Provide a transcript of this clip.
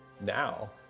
now